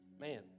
Man